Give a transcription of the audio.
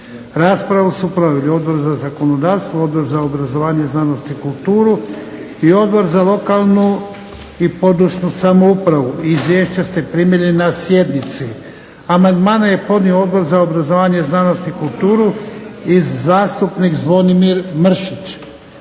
Raspravu su proveli: Odbor za zakonodavstvo, Odbor za obrazovanje, znanost i kulturu i Odbor za lokalnu i područnu samoupravu. Izvješća ste primili na sjednici. Amandmane je podnio Odbor za obrazovanje, znanost i kulturu i zastupnik Zvonimir Mršić.